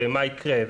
ומה יקרה,